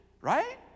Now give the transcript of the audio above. Right